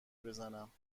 بزنم